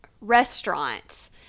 restaurants